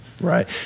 Right